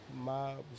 mobs